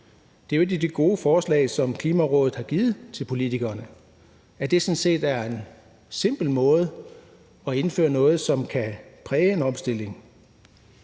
Et af de gode forslag, som Klimarådet har givet til politikerne, er jo, at det sådan set er en simpel måde at indføre noget, som kan præge en omstilling.